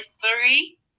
three